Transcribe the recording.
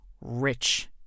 rich